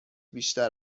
بیشتر